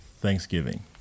Thanksgiving